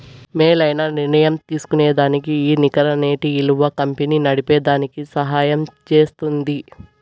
మేలైన నిర్ణయం తీస్కోనేదానికి ఈ నికర నేటి ఇలువ కంపెనీ నడిపేదానికి సహయం జేస్తుంది